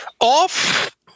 Off